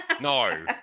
No